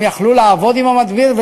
והם יכלו לעבוד עם המדביר,